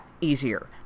easier